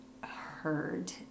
heard